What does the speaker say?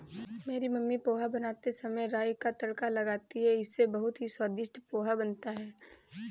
मेरी मम्मी पोहा बनाते समय राई का तड़का लगाती हैं इससे बहुत ही स्वादिष्ट पोहा बनता है